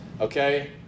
Okay